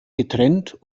getrennt